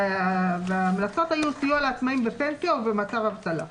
וההמלצות היו סיוע לעצמאים בפנסיה ובמצב אבטלה.